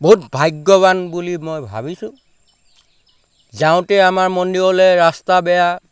বহুত ভাগ্যৱান বুলি মই ভাবিছোঁ যাওঁতে আমাৰ মন্দিৰলৈ ৰাস্তা বেয়া